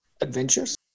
adventures